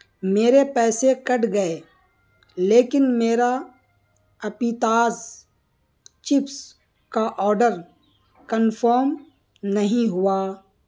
میرے پیسے کٹ گئے لیکن میرا اپیتاز چپس کا آڈر کنفرم نہیں ہوا